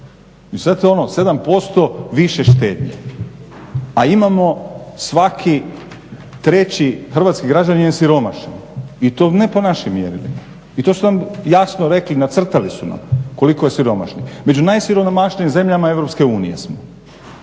I zato ono 7% više štednje, a imamo svaki treći hrvatski građanin je siromašan i to ne po našim mjerilima, i to su nam jasno rekli i nacrtali su nam koliko je siromašnih. Među najsiromašnijim zemljama EU smo,